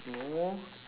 no